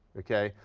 okay.